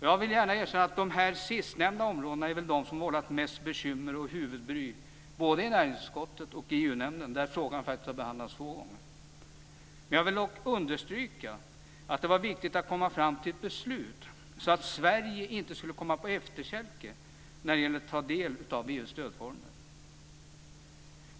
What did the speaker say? Jag ska gärna erkänna att dessa sistnämnda områden är de som vållat mest bekymmer och huvudbry både i näringsutskottet och i EU-nämnden, där frågan faktiskt har behandlats två gånger. Men jag vill dock understryka att det var viktigt att komma fram till ett beslut så att Sverige inte skulle komma på efterkälken när det gäller att ta del av EU:s stödformer.